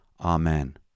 Amen